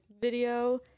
video